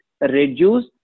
reduce